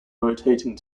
rotating